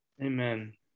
Amen